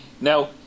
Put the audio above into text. Now